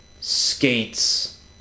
skates